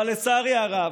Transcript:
אבל לצערי הרב,